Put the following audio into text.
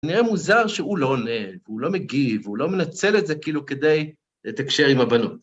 נראה מוזר שהוא לא עונה, הוא לא מגיב, הוא לא מנצל את זה כאילו כדי לתקשר עם הבנות.